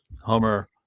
Homer